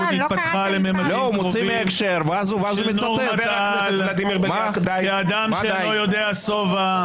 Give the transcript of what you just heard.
התפתחה לממדים קרובים של נורמת-על ואדם שלא יודע שובע.